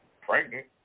pregnant